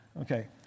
Okay